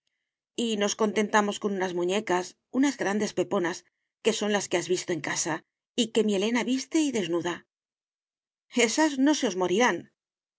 y nos contentamos con unas muñecas unas grandes peponas que son las que has visto en casa y que mi elena viste y desnuda esas no se os morirán